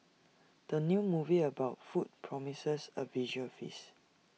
the new movie about food promises A visual feast